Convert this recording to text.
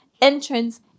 entrance